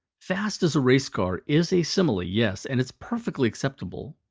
fast as a racecar is a simile, yes, and it's perfectly acceptable,